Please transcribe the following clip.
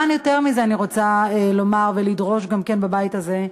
יותר מזה, אני רוצה לומר ולדרוש בבית הזה: